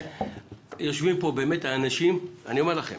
יושבים פה, אני אומר לכם